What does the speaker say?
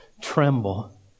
Tremble